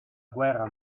guerra